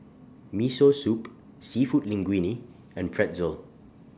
Miso Soup Seafood Linguine and Pretzel